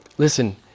Listen